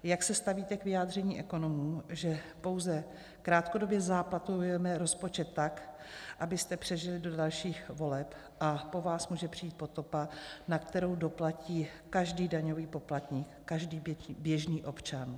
Jak se stavíte k vyjádření ekonomů, že pouze krátkodobě záplatujeme rozpočet tak, abyste přežili do dalších voleb, a po vás může přijít potopa, na kterou doplatí každý daňový poplatník, každý běžný občan?